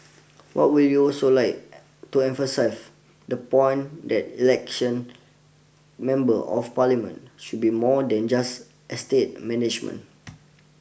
what we would also like to emphasise the point that election members of parliament should be more than just estate management